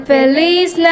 Feliz